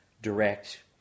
direct